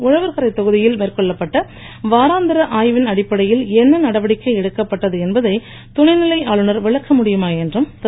உழவர்கரை தொகுதியில் மேற்கொள்ளப்பட்ட வாராந்திர ஆய்வின் அடிப்படையில் என்ன நடவடிக்கை எடுக்கப்பட்டது என்பதை துணைநிலை ஆளுநர் விளக்க முடியுமா என்றும் திரு